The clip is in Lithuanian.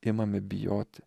imame bijoti